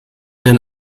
den